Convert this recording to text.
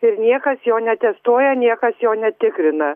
ir niekas jo netestuoja niekas jo netikrina